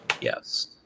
Yes